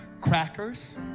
crackers